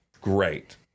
Great